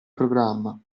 programma